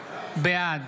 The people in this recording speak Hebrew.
בעד